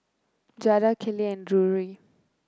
Jada Kellie and Drury